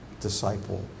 disciple